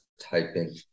typing